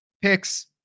picks